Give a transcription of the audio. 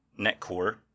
NetCore